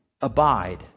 abide